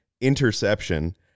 interception